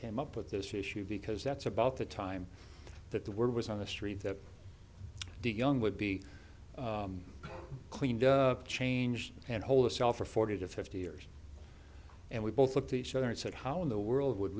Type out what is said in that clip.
came up with this issue because that's about the time that the word was on the street that young would be cleaned up changed and hold a cell for forty to fifty years and we both looked at each other and said how in the world would